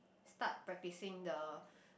start practicing the